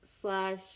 slash